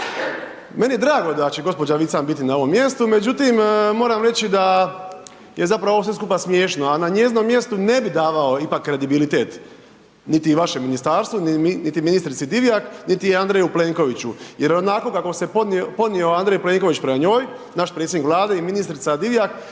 Meni je drago da će gđa. Vican biti na ovom mjestu, međutim, moram reći, da je zapravo ovo sve skupa smiješno, a na njezinom mjestu ne bi davao ipak kredibilitet niti vašem ministarstvu, niti ministrici Divjak, niti Andreju Plenkoviću, jer onako kako se podnio Andrej Plenković prema njoj, naš predsjednik Vlade i ministrica Divjak,